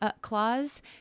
clause